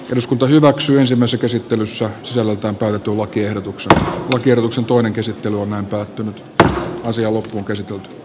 eduskunta hyväksyy ensimmäiset esittelyssä selittää perttulakiehdotuksella on kierroksen toinen käsittely on ahtautunutta lasia loppukesän